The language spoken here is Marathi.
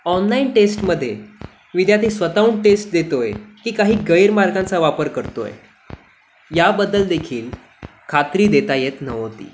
ऑनलाइन टेस्टमध्ये विद्यार्थी स्वतःहून टेस्ट देतो आहे की काही गैरमार्गाचा वापर करतो आहे याबद्दल देखील खात्री देता येत नव्हती